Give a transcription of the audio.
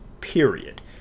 period